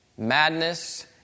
Madness